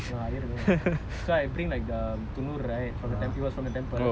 Iyer you know so I bring like the துணுறு:tunuru right it was from the temple it was from the temple